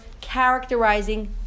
characterizing